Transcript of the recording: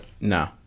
No